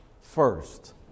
First